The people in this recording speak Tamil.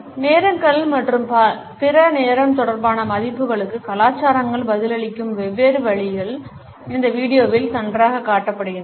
நேரங்கள்மற்றும் பிற நேரம் தொடர்பான மதிப்புகளுக்கு கலாச்சாரங்கள் பதிலளிக்கும் வெவ்வேறு வழிகள் இந்த வீடியோவில் நன்றாகக் காட்டப்படுகின்றன